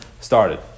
started